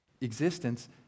existence